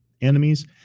enemies